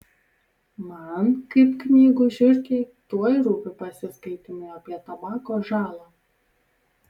man kaip knygų žiurkei tuoj rūpi pasiskaitymai apie tabako žalą